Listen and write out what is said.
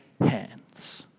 hands